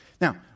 Now